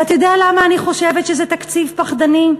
ואתה יודע למה אני חושבת שזה תקציב פחדני?